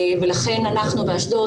לכן אנחנו באשדוד,